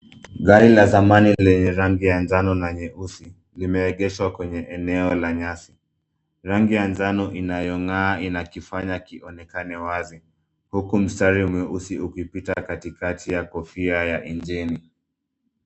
Gari la zamani lenye rangi ya njano na nyeusi limeegeshwa kwenye eneo la nyasi. Rangi ya njano inayongaa inakifanya kionekane wazi huku mstari mweusi ukipitia katikati ya kofia ya injini.